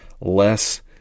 less